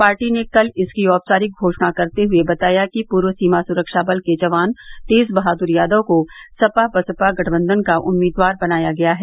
party ने कल इसकी औपचारिक घोषणा करते हए बताया कि पूर्व सीमा सुरक्षा बल के जवान तेज बहादुर यादव को सप बसपा गठबंधन का उम्मीदवार बनाया गया है